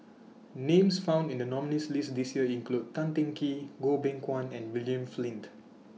Names found in The nominees' list This Year include Tan Teng Kee Goh Beng Kwan and William Flint